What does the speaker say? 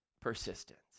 persistence